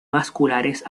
vasculares